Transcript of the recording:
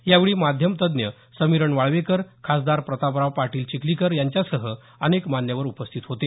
यावेळी माध्यम तज्ज्ञ समीरण वाळवेकर खासदार प्रतापराव पाटील चिखलीकर यांच्यासह अनेक मान्यवर उपस्थित होते